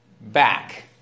back